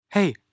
Hey